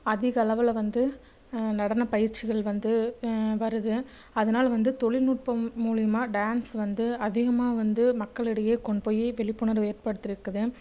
அதிகளவில் வந்து நடனப் பயிற்சிகள் வந்து வருது அதுனால் வந்து தொழில்நுட்பம் மூலியமாக டான்ஸ் வந்து அதிகமாக வந்து மக்களிடையே கொண்டு போயி விழிப்புணர்வு ஏற்படுத்திருக்குது